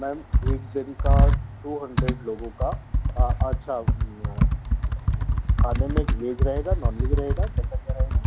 ma'am एक दिन का टू हंड्रेड लोगों का अच्छा खाने में वेज रहेगा नॉन वेज रहेगा कैसा क्या रहेगा